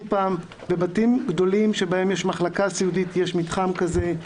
בבתים גדולים שבהם יש מחלקה סיעודית יש מתחם כזה.